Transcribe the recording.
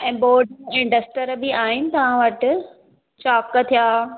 ऐं बोड ऐं डस्टर बि आहिनि तव्हां वटि चॉक थिया